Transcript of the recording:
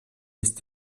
ist